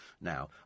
now